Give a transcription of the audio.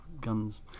guns